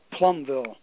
Plumville